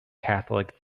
catholic